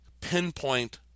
pinpoint